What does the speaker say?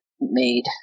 made